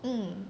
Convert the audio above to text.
mm